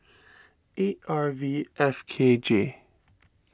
eight R V F K J